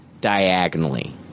diagonally